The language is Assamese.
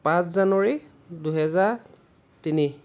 পাঁচ জানুৱাৰী দুহেজাৰ তিনি